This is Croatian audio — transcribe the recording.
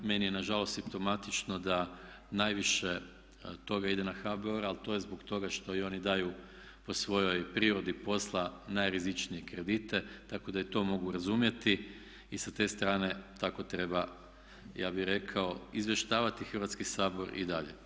Meni je nažalost simptomatično da najviše toga ide na HBOR ali to je zbog toga što i oni daju po svojoj prirodi posla najrizičnije kredite, tako da i to mogu razumjeti i sa te strane tako treba ja bih rekao izvještavati Hrvatski sabor i dalje.